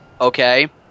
Okay